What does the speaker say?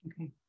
Okay